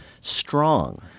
strong